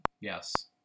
Yes